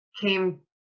came